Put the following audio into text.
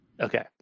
Okay